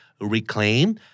Reclaim